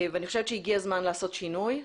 ואני חושבת שהגיע הזמן לעשות שינוי,